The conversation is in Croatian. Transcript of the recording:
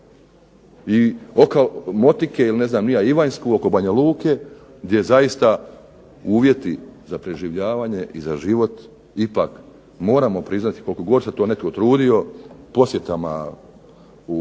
razumije./…, ili ne znam Ivanjsku oko Banja Luke gdje zaista uvjeti za preživljavanje i za život ipak moramo priznati koliko god se to netko trudio posjetama u